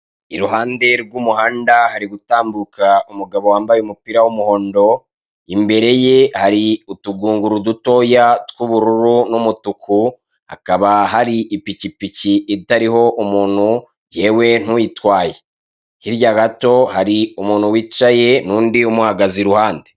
Iruhande rw'umuhanda hari gutambuka umugabo wambaye umupira w'umuhondo, imbere ye hari utugunguru dutoya tw'ubururu n'umutuku, hakaba ahari ipikipiki itariho umuntu yewe nuyitwaye hirya gato hari umuntu wicaye, nundi umuhagaze iruhande.